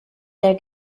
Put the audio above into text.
der